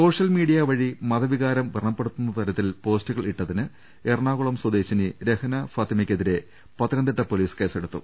social media വഴി മത വികാരം പ്രണപ്പെടുത്തുന്ന തരത്തിൽ പോസ്റ്റുകൾ ഇട്ടതിന് എറ്ണാകുളം സ്വദേശിനി രഹ്ന ഫാത്തിമക്കെതിരെ പത്തനംതിട്ട പ്രോലീസ് കേസെടുത്തു